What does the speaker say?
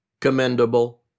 commendable